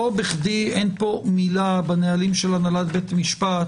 לא בכדי אין פה מילה בנהלים של הנהלת בית המשפט